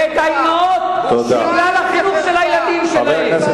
ואת האמהות, בגלל החינוך של הילדים שלהם,